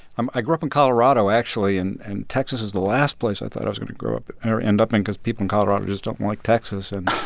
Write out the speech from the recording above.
um i grew up in colorado, actually, and and texas is the last place i thought i was going to grow up end up in because people in colorado just don't like texas and.